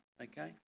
Okay